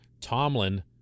Tomlin